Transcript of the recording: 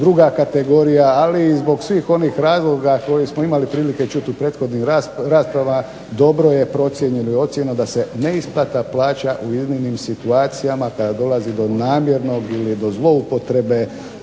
druga kategorija ali iz svih onih razloga koje smo imali prilike čuti u prethodnim raspravama dobro je procijenjeno da se neisplata plaća u iznimnim situacijama kada dolazi do namjernog ili do zloupotrebe